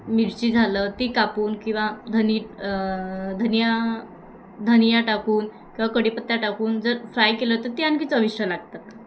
मिरची झालं ती कापून किंवा धने धनिया धनिया टाकून किंवा कढीपत्ता टाकून जर फ्राय केलं तर ती आणखी चविष्ट लागतात